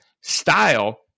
style